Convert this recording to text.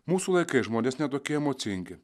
mūsų laikais žmonės ne tokie emocingi